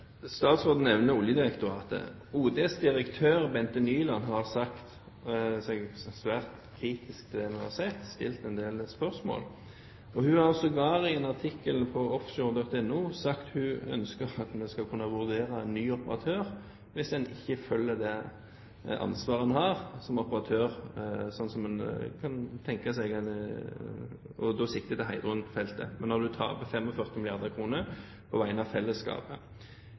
Statsråden nevner Oljedirektoratet. ODs direktør Bente Nyland har sagt seg svært kritisk til det hun har sett. Hun har stilt en del spørsmål, og hun har sågar i en artikkel på offshore.no sagt at hun ønsker at vi skal kunne vurdere en ny operatør hvis man ikke følger det ansvaret man har som operatør, slik som man kunne tenke seg – og da sikter jeg til Heidrun-feltet – men taper 45 mrd. kr på vegne av fellesskapet.